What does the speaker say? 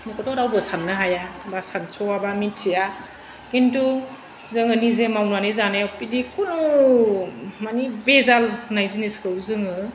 बेखौथ' रावबो साननो हाया बा सानसआबा मिथिया खिन्थु जोङो निजे मावनानै जानायाव बिदि खुनु मानि बेजाल होननाय जिनिसखौ जोङो